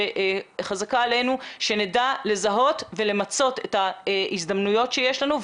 שחזקה עלינו שנדע לזהות ולמצות את ההזדמנויות שיש לנו,